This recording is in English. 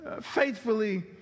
faithfully